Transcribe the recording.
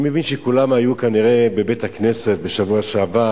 אני מבין שכנראה כולם היו בבית-הכנסת בשבוע שעבר